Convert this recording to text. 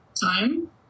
time